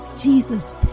Jesus